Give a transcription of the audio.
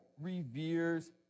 reveres